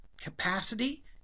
capacity